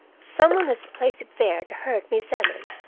some one has placed it there to hurt miss emily.